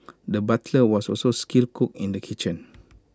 the butcher was also A skilled cook in the kitchen